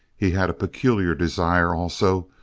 he had a peculiar desire, also,